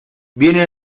viene